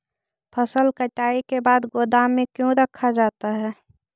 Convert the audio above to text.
फसल कटाई के बाद गोदाम में क्यों रखा जाता है?